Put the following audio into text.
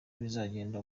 bizagenda